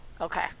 Okay